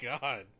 god